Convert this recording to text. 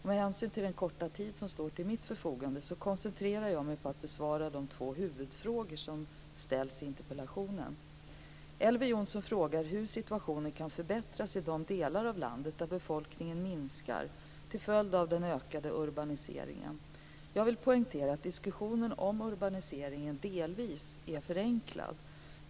Med hänsyn till den korta tid som står till mitt förfogande koncentrerar jag mig på att besvara de två huvudfrågor som ställs i interpellationen. Elver Jonsson frågar hur situationen kan förbättras i de delar av landet där befolkningen minskar till följd av den ökade urbaniseringen. Jag vill poängtera att diskussionen om urbaniseringen delvis är förenklad.